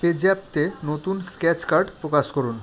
পেজ্যাপতে নতুন scratch card প্রকাশ করুন